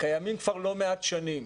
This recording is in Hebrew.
שקיימים כבר לא מעט שנים.